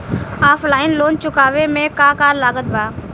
Offline loan चुकावे म का का लागत बा?